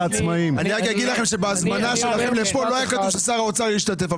--- אני רק אגיד לכם שבהזמנה שלכם לפה לא היה כתוב ששר האוצר ישתתף.